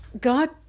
God